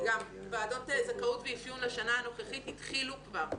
ועדות זכאות ואפיון לשנה הנוכחית התחילו כבר,